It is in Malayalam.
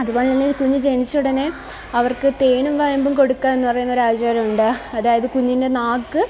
അതുപോലെത്തന്നെ കുഞ്ഞ് ജനിച്ചയുടനെ അവര്ക്ക് തേനും വയമ്പും കൊടുക്കുകയെന്ന് പറയുന്നൊരു ആചാരമുണ്ട് അതായത് കുഞ്ഞിന്റെ നാക്ക്